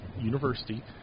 university